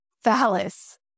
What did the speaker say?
phallus